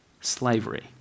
slavery